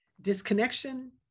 Disconnection